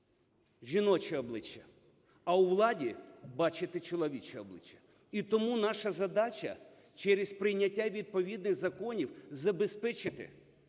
жіночі обличчя, а у владі бачити чоловічі обличчя. І тому наша задача – через прийняття відповідних законів забезпечити